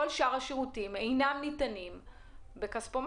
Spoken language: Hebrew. אבל כל שאר השירותים אינם ניתנים בכספומט.